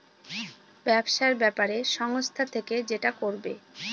ব্যবসার ব্যাপারে সংস্থা থেকে যেটা করবে